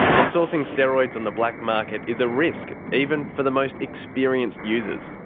and sourcing steroids on the black market is a risk, even for the most experienced users.